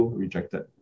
rejected